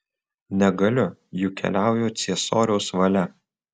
negaliu juk keliauju ciesoriaus valia